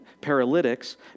paralytics